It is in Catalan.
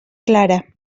clara